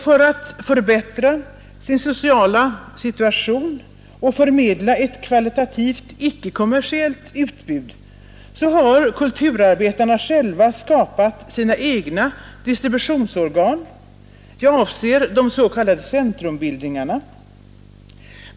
För att förbättra sin sociala situation och förmedla ett kvalitativt icke-kommersiellt utbud har kulturarbetarna själva skapat sina egna distributionsorgan. Jag avser de s.k. centrumbildningarna.